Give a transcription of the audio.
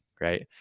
right